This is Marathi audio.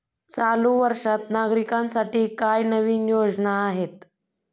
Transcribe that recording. चालू वर्षात नागरिकांसाठी काय नवीन योजना आहेत?